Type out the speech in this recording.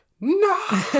No